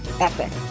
epic